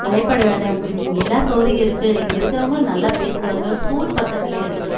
பயப்பட வேண்டாம் உங்களுக்கு இங்கே எல்லாம் சௌரி இருக்குது இங்கே இருக்கிறவங்களும் நல்லா பேசுவாங்க ஸ்கூல் பக்கத்திலேயே இருக்குது